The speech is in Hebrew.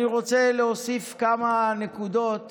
אני רוצה להוסיף כמה נקודות